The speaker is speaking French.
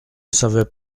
savais